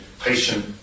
patient